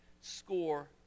score